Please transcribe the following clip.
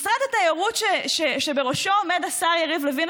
משרד התיירות שבראשו עומד השר יריב לוין,